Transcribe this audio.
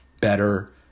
better